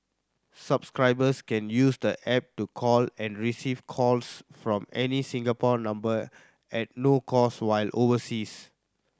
subscribers can use the app to call and receive calls from any Singapore number at no cost while overseas